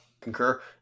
concur